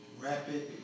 rapid